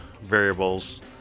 variables